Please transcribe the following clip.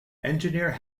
engineer